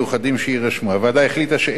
הוועדה החליטה שאין לקבוע בחוק קנס